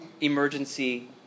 emergency